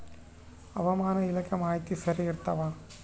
ಹವಾಮಾನ ಇಲಾಖೆ ಮಾಹಿತಿ ಸರಿ ಇರ್ತವ?